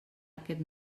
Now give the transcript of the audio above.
aquest